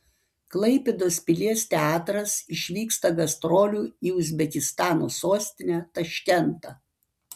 klaipėdos pilies teatras išvyksta gastrolių į uzbekistano sostinę taškentą